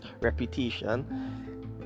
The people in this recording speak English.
reputation